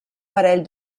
parell